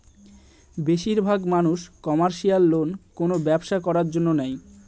বেশির ভাগ মানুষ কমার্শিয়াল লোন কোনো ব্যবসা করার জন্য নেয়